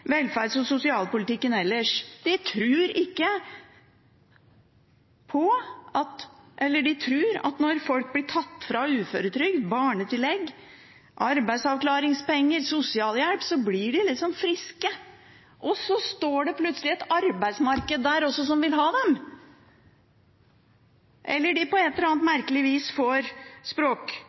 velferds- og sosialpolitikken ellers. De tror at når folk blir tatt fra uføretrygd, barnetillegg, arbeidsavklaringspenger og sosialhjelp, blir de liksom friske, og så står det plutselig et arbeidsmarked der også som vil ha dem – eller at de på et eller annet merkelig vis får